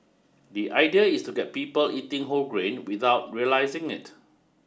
the idea is to get people eating whole grain without realising it